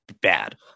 bad